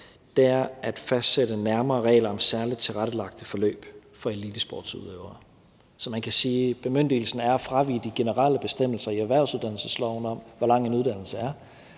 – at fastsætte nærmere regler om særligt tilrettelagte forløb for elitesportsudøvere. Så man kan sige, at bemyndigelsen er at fravige de generelle bestemmelser i erhvervsuddannelsesloven om, hvor lang en uddannelse er,